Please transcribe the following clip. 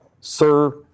Sir